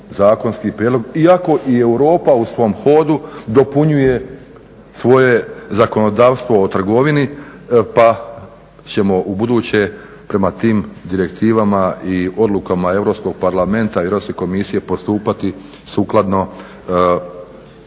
Iako i Europa u svom hodu dopunjuje svoje zakonodavstvo o trgovini pa ćemo ubuduće prema tim direktivama i odlukama Europskog parlamenta, Europske komisije postupati sukladno dakle